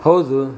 ಹೌದು